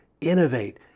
innovate